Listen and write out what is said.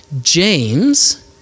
James